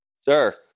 sir